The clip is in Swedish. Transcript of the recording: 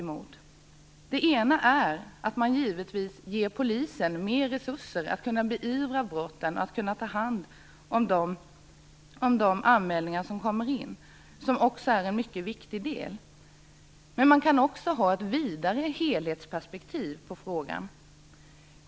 Ett är givetvis att ge polisen mer resurser att beivra brotten och ta hand om de anmälningar som kommer in. Detta är också en mycket viktig del. Men man kan också ha ett vidare helhetsperspektiv.